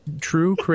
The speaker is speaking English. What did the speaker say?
true